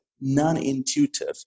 non-intuitive